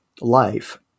life